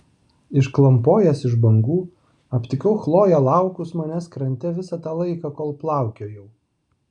išklampojęs iš bangų aptikau chloję laukus manęs krante visą tą laiką kol plaukiojau